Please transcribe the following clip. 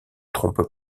trompe